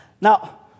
Now